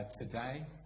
today